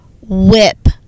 whip